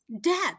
death